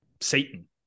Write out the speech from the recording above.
Satan